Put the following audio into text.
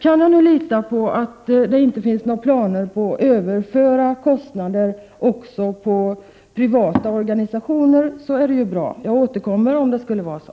Kan man lita på att det inte finns några planer på att överföra kostnader också på privata organisationer, så är det bra. Jag återkommer om det skulle vara så.